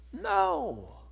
No